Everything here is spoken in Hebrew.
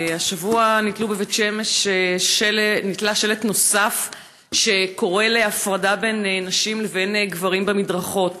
השבוע נתלה בבית שמש שלט נוסף שקורא להפרדה בין נשים לגברים במדרכות,